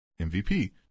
MVP